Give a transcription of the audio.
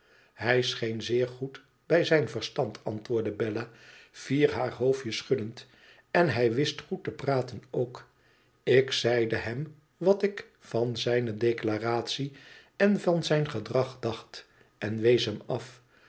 hij scheen zeer goed bij zijn verstand antwoordde bella üer haar hoofdje schuddend en hij wist goed te praten ook ik zeide hem wat ik van zijne declaratie en van zijn gedrag dacht en wees hem af